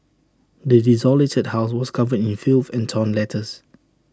the desolated house was covered in filth and torn letters